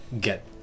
get